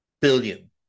billion